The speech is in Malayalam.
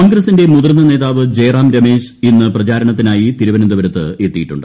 കോൺഗ്രസിന്റെ മുതിർന്ന നേതാവ് ജയറാം രമേശ് ഇന്ന് പ്രചാരണത്തിനായി തിരുവനന്തപുരത്ത് എത്തിയിട്ടുണ്ട്